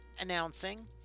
announcing